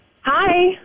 Hi